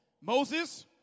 Moses